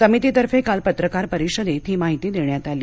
समितीतर्फे काल पत्रकार परिषदेत ही माहिती देण्यात आली